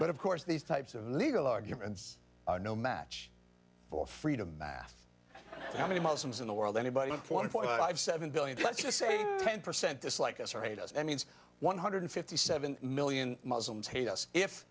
but of course these types of legal arguments are no match for freedom bath how many muslims in the world anybody one point five seven billion let's just say ten percent dislike us or eight us any it's one hundred fifty seven million muslims hate us if